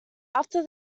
after